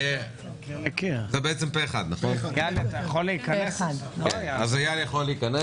פה אחד ההצעה למנות את מר אייל שויקי להיות